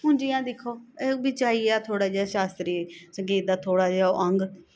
हून जियां दिक्खो बिच्च आई गेआ थोह्ड़ा जेहा शास्त्री संगीत दा थोह्ड़ा जेहा ओह् अंग